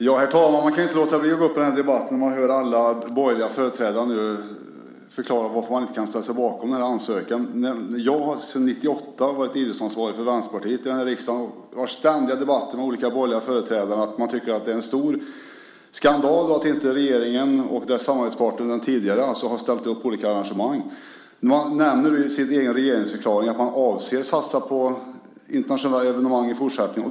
Herr talman! Jag kan inte låta bli att gå upp i den här debatten när jag hör alla borgerliga företrädare förklara varför man inte kan ställa sig bakom den här ansökan. Jag har sedan 1998 varit idrottsansvarig för Vänsterpartiet i den här riksdagen och har ständigt haft debatter med olika borgerliga företrädare som har tyckt att det varit en stor skandal att den tidigare regeringen och dess samarbetspartner inte har ställt upp på olika arrangemang. Man nämner nu i sin egen regeringsförklaring att man avser att satsa på internationella evenemang i fortsättningen.